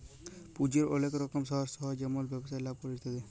পুঁজির ওলেক রকম সর্স হ্যয় যেমল ব্যবসায় লাভ ক্যরে ইত্যাদি